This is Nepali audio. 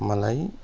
मलाई